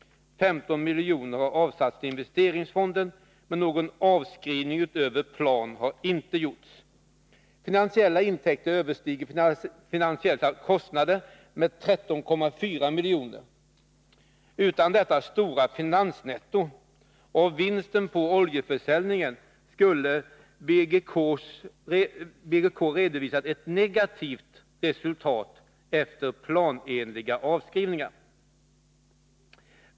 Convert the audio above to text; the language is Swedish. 15 miljoner har avsatts till investeringsfonden, men någon avskrivning utöver plan har inte gjorts. Finansiella intäkter överstiger finansiella kostnader med 13,4 milj.kr. Utan detta stora finansnetto och vinsten på oljeförsäljningen skulle BGK visat ett negativt resultat efter planenliga avskrivningar.